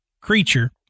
creature